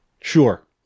Sure